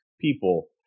people